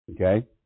Okay